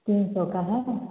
तीन सौ का है